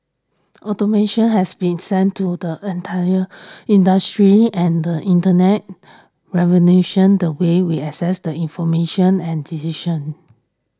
automation has been sent to the entire industries and the Internet revolution the way we access the information and decisions